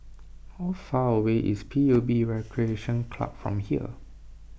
how far away is P U B Recreation Club from here